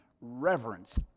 reverence